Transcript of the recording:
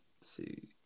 see